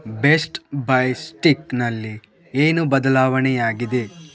best buy ಸ್ಟಿಕ್ನಲ್ಲಿ ಏನು ಬದಲಾವಣೆಯಾಗಿದೆ